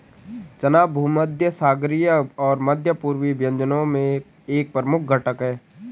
चना भूमध्यसागरीय और मध्य पूर्वी व्यंजनों में एक प्रमुख घटक है